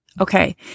Okay